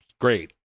Great